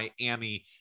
Miami